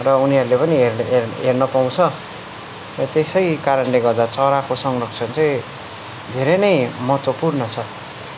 र उनीहरूले पनि हेर् हेर् हेर्न पाउँछ र त्यसै कारणले गर्दा चराको संरक्षण चाहिँ धेरै नै महत्वपूर्ण छ